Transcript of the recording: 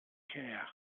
care